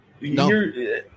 no